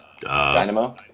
Dynamo